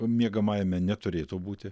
miegamajame neturėtų būti